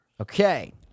Okay